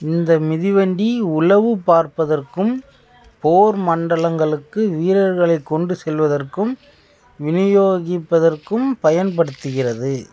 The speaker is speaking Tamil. இந்த மிதிவண்டி உளவு பார்ப்பதற்கும் போர் மண்டலங்களுக்கு வீரர்களை கொண்டு செல்வதற்கும் விநியோகிப்பதற்கும் பயன்படுத்துகிறது